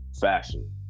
fashion